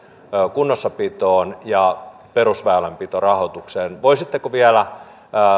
kunnossapitoon ja perusväylänpitorahoitukseen voisitteko vielä